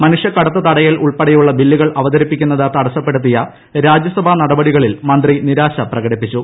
മനുഷ്യക്കടത്ത് തടയൽ ഉൾപ്പെടെയുള്ള ബില്ലുകൾ അവതരിപ്പിക്കുന്നത് തടസ്സപ്പെടുത്തിയ രാജ്യസഭാ നടപടികളിൽ മന്ത്രി നിരാശ പ്രകടിപ്പിച്ചു